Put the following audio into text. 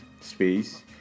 space